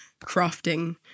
crafting